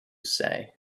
say